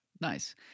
Nice